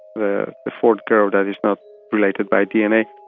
the fourth girl that is not related by dna,